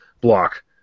block